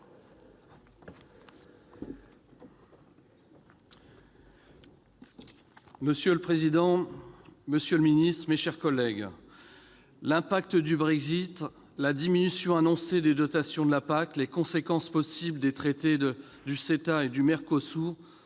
Monsieur le président, monsieur le ministre, mes chers collègues, le Brexit, la diminution annoncée des dotations de la PAC, les conséquences possibles de l'application du CETA ou du Mercosur